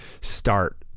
start